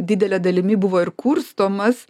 didele dalimi buvo ir kurstomas